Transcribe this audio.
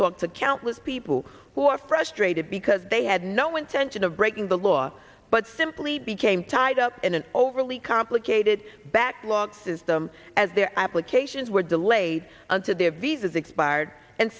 talked to countless people who are frustrated because they had no intention of breaking the law but simply became tied up in an overly complicated backlog system as their applications were delayed until their visas expired and